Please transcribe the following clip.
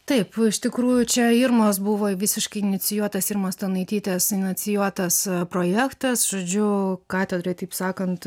taip iš tikrųjų čia irmos buvo visiškai inicijuotas irmos stanaitytės inicijuotas projektas žodžiu katedroj taip sakant